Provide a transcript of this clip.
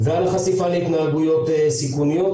ועל החשיפה להתנהגויות סיכוניות,